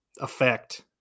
effect